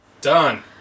Done